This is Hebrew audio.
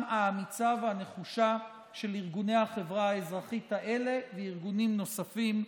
האמיצה והנחושה של ארגוני החברה האזרחית האלה וארגונים נוספים.